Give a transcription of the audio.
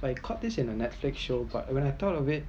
so I caught this in a netflix show but when I thought of it